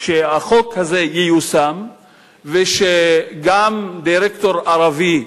שהחוק הזה ייושם ושיהיה גם דירקטור ערבי,